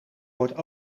wordt